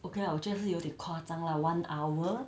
okay lah 我觉得是有点夸张啦 one hour